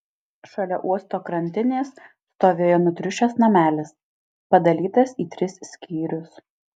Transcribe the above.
šalia uosto krantinės stovėjo nutriušęs namelis padalytas į tris skyrius